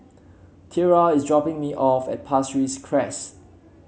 Tiera is dropping me off at Pasir Ris Crest